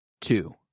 two